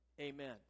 amen